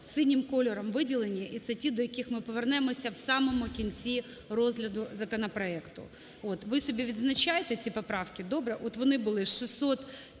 синім кольором виділені, і це ті, до яких ми повернемося в самому кінці розгляду законопроекту. Ви собі відзначайте ці поправки, добре, от вони були з